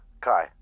Kai